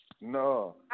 No